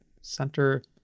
Center